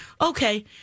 Okay